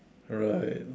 right